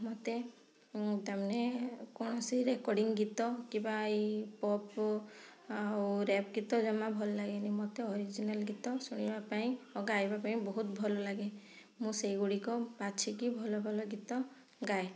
ମୋତେ ତା ମାନେ କୌଣସି ରେକଡ଼ିଙ୍ଗ୍ ଗୀତ କିମ୍ବା ଏଇ ପପ୍ ଆଉ ରାପ୍ ଗୀତ ଜମା ଭଲ ଲାଗେନି ମୋତେ ଅର୍ଜିନାଲ୍ ଗୀତ ଶୁଣିବା ପାଇଁ ଓ ଗାଇବା ପାଇଁ ବହୁତ ଭଲ ଲାଗେ ମୁଁ ସେଇ ଗଡ଼ିକ ବାଛିକି ଭଲ ଭଲ ଗୀତ ଗାଏ